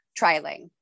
trialing